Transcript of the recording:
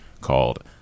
called